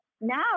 now